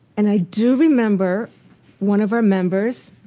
and i do remember one of our members,